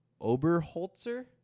Oberholzer